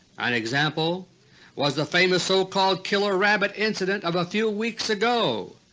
an example was the famous so-called killer-rabbit incident of a few weeks ago.